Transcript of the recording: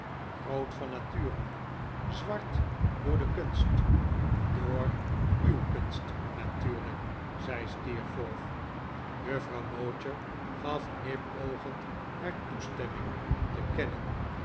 rood van nature zwart door de kunst door uw kunst natuurlijk zei steerforth juffrouw mowcher gaf knipoogend haar toestemming te kennen